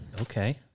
Okay